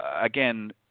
again